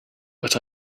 but